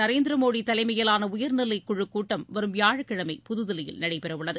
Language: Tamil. நரேந்திர மோடி தலைமையிலான உயர்நிலைக் குழுக் கூட்டம் வரும் வியாழக்கிழமை புதுதில்லியில் நடைபெறவுள்ளது